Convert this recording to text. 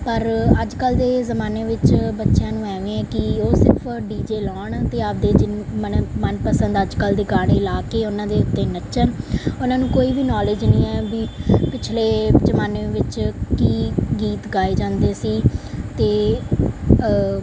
ਪਰ ਅੱਜ ਕੱਲ੍ਹ ਦੇ ਜ਼ਮਾਨੇ ਵਿੱਚ ਬੱਚਿਆਂ ਨੂੰ ਇਵੇਂ ਹੈ ਕਿ ਉਹ ਸਿਰਫ ਡੀ ਜੇ ਲਾਉਣ ਅਤੇ ਆਪਦੇ ਜਿਨ ਮਨ ਮਨਪਸੰਦ ਅੱਜ ਕੱਲ੍ਹ ਦੇ ਗਾਣੇ ਲਾ ਕੇ ਉਹਨਾਂ ਦੇ ਉੱਤੇ ਨੱਚਣ ਉਹਨਾਂ ਨੂੰ ਕੋਈ ਵੀ ਨੋਲੇਜ ਨਹੀਂ ਹੈ ਵੀ ਪਿਛਲੇ ਜ਼ਮਾਨੇ ਵਿੱਚ ਕੀ ਗੀਤ ਗਾਏ ਜਾਂਦੇ ਸੀ ਅਤੇ